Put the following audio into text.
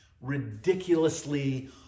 ridiculously